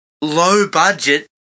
low-budget